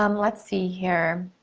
um let's see here.